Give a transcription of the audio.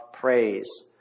praise